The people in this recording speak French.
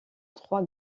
trois